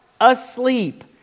asleep